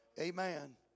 Amen